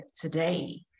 today